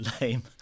lame